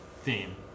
theme